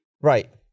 Right